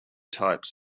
types